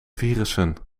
virussen